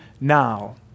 now